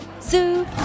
Zoo